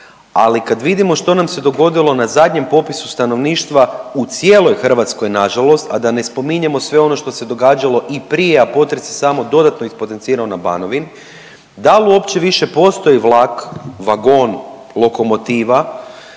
ali kad vidimo što nam se dogodilo na zadnjem popisu stanovništva u cijeloj Hrvatskoj nažalost, a da ne spominjemo sve ono što se događalo i prije, a potres je samo dodatno ispotencirao na Banovini, dal uopće više postoji vlak, vagon, lokomotiva